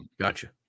Gotcha